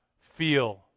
feel